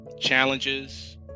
challenges